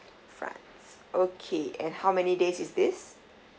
france okay and how many days is this